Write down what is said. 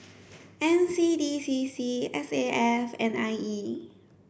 N C D C C S A F and I E